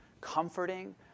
comforting